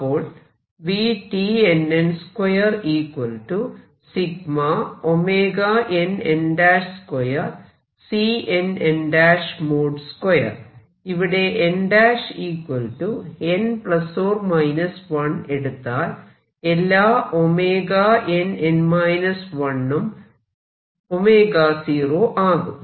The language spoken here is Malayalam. അപ്പോൾ ഇവിടെ nn±1 എടുത്താൽ എല്ലാ nn 1 ഉം 0ആകും